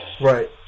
Right